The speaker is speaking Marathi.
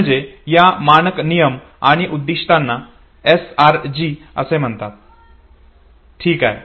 म्हणजे या मानक नियम आणि उद्दीष्टांना SRG असे म्हणतात ठीक आहे